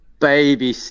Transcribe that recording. baby